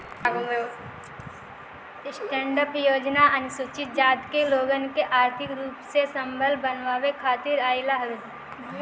stand up योजना अनुसूचित जाति के लोगन के आर्थिक रूप से संबल बनावे खातिर आईल हवे